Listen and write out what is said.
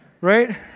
Right